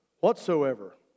whatsoever